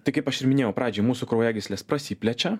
tai kaip aš ir minėjau pradžioj mūsų kraujagyslės prasiplečia